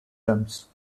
terms